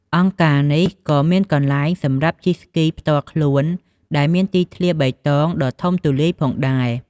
អង្គការនេះក៏មានកន្លែងសម្រាប់ជិះស្គីផ្ទាល់ខ្លួន ដែលមានទីធ្លាបៃតងដ៏ធំទូលាយផងដែរ។